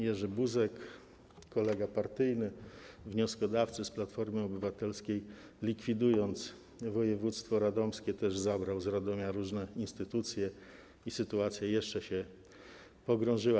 Jerzy Buzek, kolega partyjny wnioskodawcy z Platformy Obywatelskiej, likwidując województwo radomskie, zabrał z Radomia różne instytucje i sytuacja jeszcze się pogorszyła.